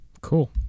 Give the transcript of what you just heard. Cool